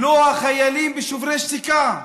לא החיילים בשוברים שתיקה,